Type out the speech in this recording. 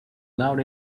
loud